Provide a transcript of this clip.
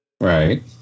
right